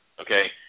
Okay